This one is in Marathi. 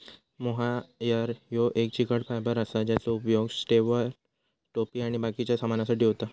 मोहायर ह्यो एक चिकट फायबर असा ज्याचो उपयोग स्वेटर, टोपी आणि बाकिच्या सामानासाठी होता